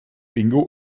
bingo